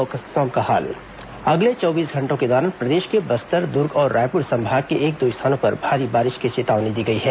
मौसम अगले चौबीस घंटों के दौरान प्रदेश के बस्तर दुर्ग और रायपुर संभाग के एक दो स्थानों पर भारी बारिश की चेतावनी दी गई है